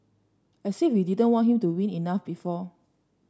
as if we didn't want him to win enough before